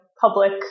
public